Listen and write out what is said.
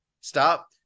stop